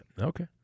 Okay